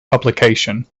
publication